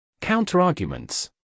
Counter-arguments